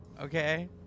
okay